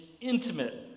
intimate